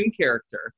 character